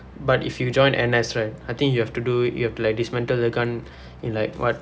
but if you join N_S right I think you have to do you have like dismantle the gun in like what